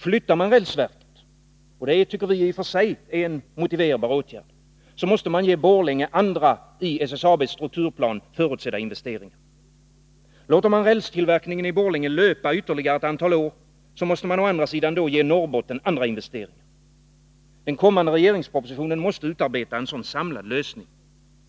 Flyttar man rälsverket — och det tycker vi i och för sig är en motiverbar åtgärd — måste man ge Borlänge andra i SSAB:s strukturplan förutsatta investeringar. Låter man rälstillverkningen i Borlänge löpa ytterligare ett antal år, måste man å andra sida då ge Norrbotten andra investeringar. Den kommande regeringspropositionen måste utarbeta en sådan samlad lösning.